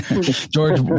George